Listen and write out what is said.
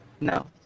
No